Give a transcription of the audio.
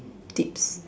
tips